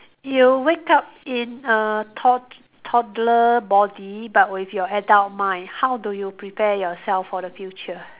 you wake up in a tod~ toddler body but with your adult mind how do you prepare yourself for the future